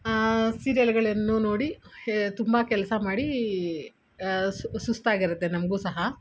ಆ ಸೀರಿಯಲ್ಗಳನ್ನು ನೋಡಿ ಹೇ ತುಂಬ ಕೆಲಸ ಮಾಡಿ ಸುಸ್ತಾಗಿರುತ್ತೆ ನಮಗೂ ಸಹ